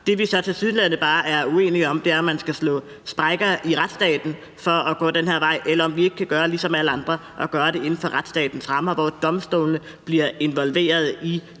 Det, vi så tilsyneladende bare er uenige om, er, om man skal slå sprækker i retsstaten for at gå den her vej, eller om vi ikke skal gøre ligesom alle andre og gøre det inden for retsstatens rammer, hvor domstolene bliver involveret i